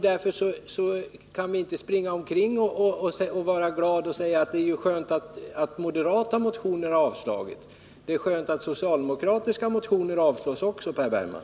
Därför kan vi inte springa omkring och vara glada och säga att det är skönt att moderata motioner har avstyrkts. Det är skönt att också socialdemokratiska motioner avstyrkts, Per Bergman.